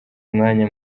mwanya